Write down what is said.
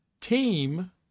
team